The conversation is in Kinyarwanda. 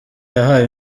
yahawe